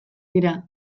dira